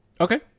Okay